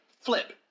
flip